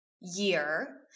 year